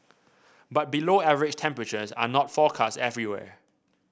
but below average temperatures are not forecast everywhere